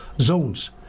zones